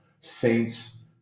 Saints